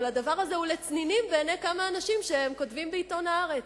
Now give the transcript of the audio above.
אבל הדבר הזה הוא לצנינים בעיני כמה אנשים שכותבים בעיתון "הארץ",